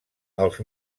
els